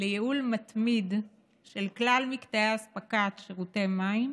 לייעול מתמיד של כלל מקטעי אספקת שירותי מים